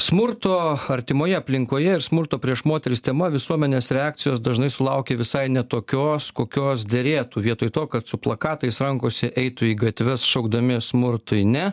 smurto artimoje aplinkoje ir smurto prieš moteris tema visuomenės reakcijos dažnai sulaukia visai ne tokios kokios derėtų vietoj to kad su plakatais rankose eitų į gatves šaukdami smurtui ne